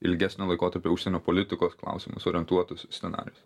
ilgesnio laikotarpio užsienio politikos klausimus orientuotus scenarijus